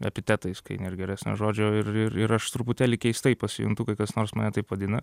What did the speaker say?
epitetais kai nėr geresnio žodžio ir ir ir aš truputėlį keistai pasijuntu kai kas nors mane taip vadina